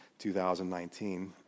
2019